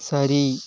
சரி